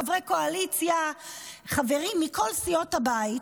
חברי קואליציה וחברים מכל סיעות הבית,